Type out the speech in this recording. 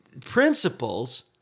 principles